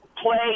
play